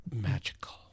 Magical